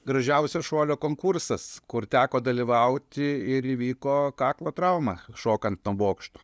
gražiausio šuolio konkursas kur teko dalyvauti ir įvyko kaklo trauma šokant nuo bokšto